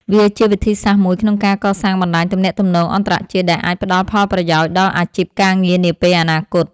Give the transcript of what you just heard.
វាជាវិធីសាស្ត្រមួយក្នុងការកសាងបណ្ដាញទំនាក់ទំនងអន្តរជាតិ ដែលអាចផ្ដល់ផលប្រយោជន៍ដល់អាជីពការងារនាពេលអនាគត។